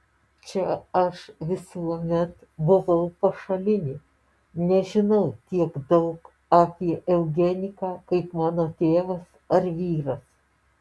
čia aš visuomet buvau pašalinė nežinau tiek daug apie eugeniką kaip mano tėvas ar vyras